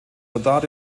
soldat